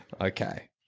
Okay